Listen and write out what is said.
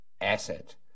asset